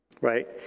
right